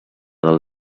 del